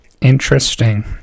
interesting